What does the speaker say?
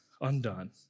undone